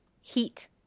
Heat